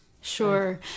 Sure